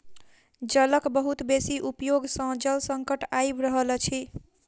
जलक बहुत बेसी उपयोग सॅ जल संकट आइब रहल अछि